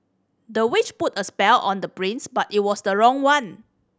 the witch put a spell on the prince but it was the wrong one